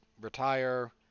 retire